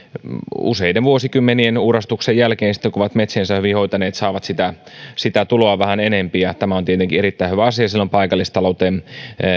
useiden vuosikymmenien uurastuksen jälkeen kun ovat metsiänsä hyvin hoitaneet saavat sitä sitä tuloa vähän enempi ja tämä on tietenkin erittäin hyvä asia sillä on paikallistalouteen